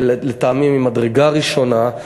לטעמי, ממדרגה ראשונה.